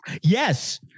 Yes